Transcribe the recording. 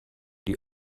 die